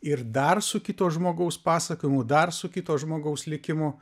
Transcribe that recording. ir dar su kito žmogaus pasakojimu dar su kito žmogaus likimu